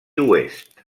oest